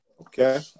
Okay